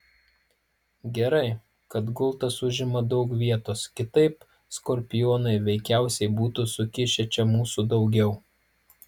gerai kad gultas užima daug vietos kitaip skorpionai veikiausiai būtų sukišę čia mūsų daugiau